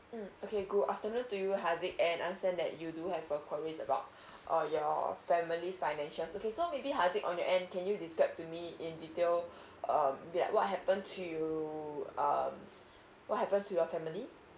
mm okay good afternoon to you harzik and understand that you do have a queries about uh your family financial okay so maybe harzik on your end can you describe to me in detail um be like what happen to you um what happen to your family